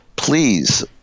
Please